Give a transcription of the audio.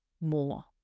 more